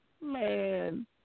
Man